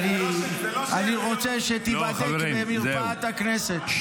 זה --- אני רוצה שתיבדק במרפאת הכנסת.